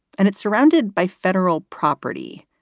and it's surrounded by federal property,